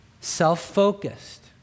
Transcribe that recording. self-focused